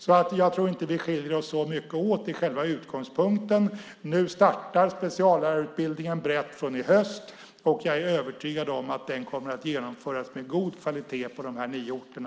Jag tror därför inte vi skiljer oss så mycket åt när det gäller själva utgångspunkten. Nu startar speciallärarutbildningen brett i höst, och jag är övertygad om att den kommer att genomföras med god kvalitet på de nio orterna.